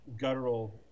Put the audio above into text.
guttural